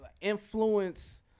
influence